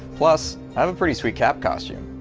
plus, i have a pretty sweet cap. costume.